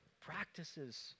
practices